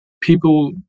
people